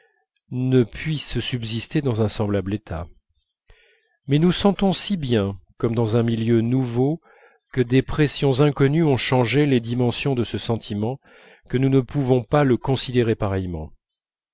ne puisse subsister dans un semblable état mais nous sentons si bien comme dans un milieu nouveau que des pressions inconnues ont changé les dimensions de ce sentiment que nous ne pouvons pas le considérer pareillement